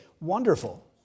Wonderful